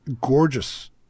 Gorgeous